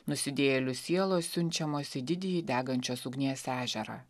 nusidėjėlių sielos siunčiamos į didįjį degančios ugnies ežerą